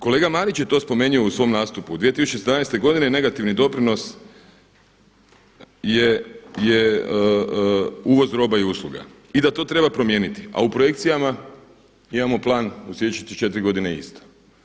Kolega Marić je to spomenuo u svom nastupu. … godine negativni doprinos je uvoz roba i usluga i da to treba promijeniti, a u projekcijama imamo plan u sljedeće 4 godine isto.